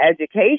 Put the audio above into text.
education